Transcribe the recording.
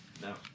No